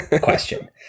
question